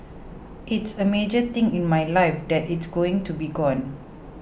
it's a major thing in my life that it's going to be gone